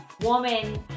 woman